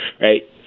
right